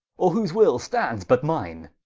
or whose will stands but mine?